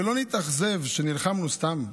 ולא נתאכזב שנלחמנו סתם,